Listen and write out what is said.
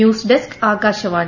news desk Akashvani